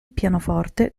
pianoforte